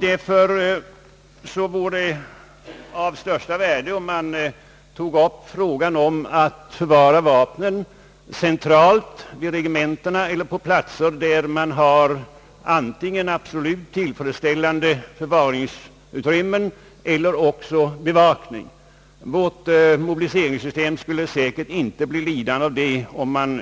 Därför vore det av största värde, om man tog upp frågan om att förvara vapnen centralt vid regementena eller på platser där det finns antingen absolut tillfredsställande förvaringsutrymmen eller också bevakning. Vårt nu gammalmodiga mobiliseringssystem skulle inte bli lidande av en